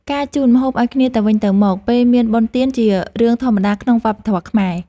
ការជូនម្ហូបឲ្យគ្នាទៅវិញទៅមកពេលមានបុណ្យទានជារឿងធម្មតាក្នុងវប្បធម៌ខ្មែរ។